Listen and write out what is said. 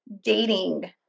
dating